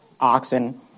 Oxen